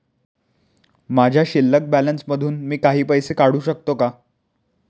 माझ्या शिल्लक बॅलन्स मधून मी काही पैसे काढू शकतो का?